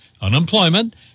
unemployment